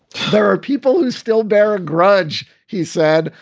there are people who still bear a grudge. he said,